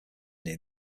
near